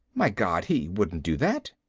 my god, he wouldn't do that.